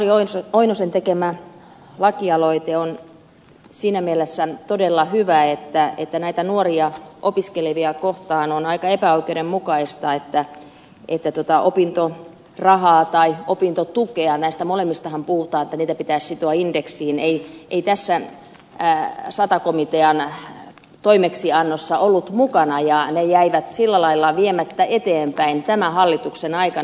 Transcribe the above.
lauri oinosen tekemä lakialoite on siinä mielessä todella hyvä että näitä nuoria opiskelevia kohtaan on aika epäoikeudenmukaista että opintorahaa tai opintotukea näistä molemmistahan puhutaan että ne pitäisi sitoa indeksiin ei tässä sata komitean toimeksiannossa ollut mukana ja ne jäivät sillä lailla viemättä eteenpäin tämän hallituksen aikana